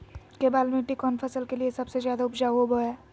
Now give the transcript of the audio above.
केबाल मिट्टी कौन फसल के लिए सबसे ज्यादा उपजाऊ होबो हय?